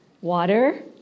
Water